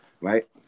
right